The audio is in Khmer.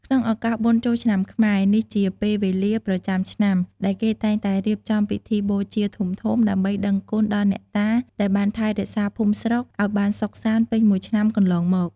ក្នុងឱកាសបុណ្យចូលឆ្នាំខ្មែរ នេះជាពេលវេលាប្រចាំឆ្នាំដែលគេតែងតែរៀបចំពិធីបូជាធំៗ ដើម្បីដឹងគុណដល់អ្នកតាដែលបានថែរក្សាភូមិស្រុកឲ្យបានសុខសាន្តពេញមួយឆ្នាំកន្លងមក។